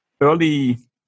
early